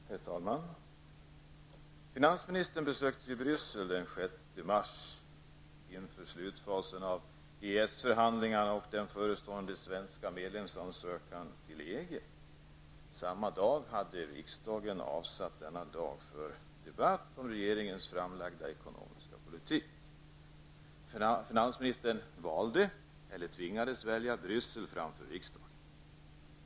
Herr talman! Finansministern besökte ju Bryssel den 6 mars inför slutfasen av EES-förhandlingarna och den förestående svenska medlemsansökan till EG. Samma dag hade riksdagen debatt om regeringens ekonomiska politik. Finansministern valde, eller tvingades välja, Bryssel framför riksdagen.